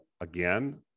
Again